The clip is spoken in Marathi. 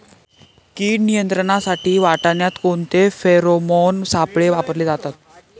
कीड नियंत्रणासाठी वाटाण्यात कोणते फेरोमोन सापळे वापरले जातात?